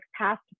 passed